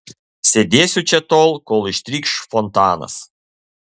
sėdėsiu čia tol kol ištrykš fontanas